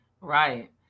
Right